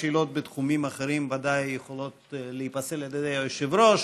שאלות בתחומים אחרים ודאי יכולות להיפסל על ידי היושב-ראש.